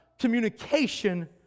Communication